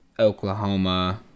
oklahoma